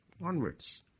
onwards